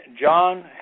John